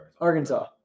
Arkansas